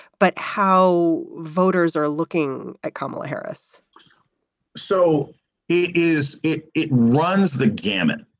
but how voters are looking at kamala harris so is it it runs the gamut.